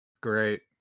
Great